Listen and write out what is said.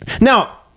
Now